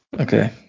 Okay